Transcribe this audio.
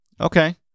Okay